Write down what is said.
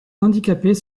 handicapés